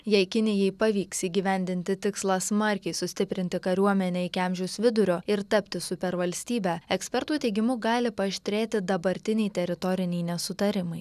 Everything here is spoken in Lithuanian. jei kinijai pavyks įgyvendinti tikslą smarkiai sustiprinti kariuomenę iki amžiaus vidurio ir tapti supervalstybe ekspertų teigimu gali paaštrėti dabartiniai teritoriniai nesutarimai